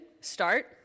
start